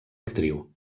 actriu